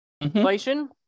inflation